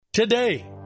Today